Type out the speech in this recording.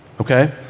Okay